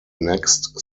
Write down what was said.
next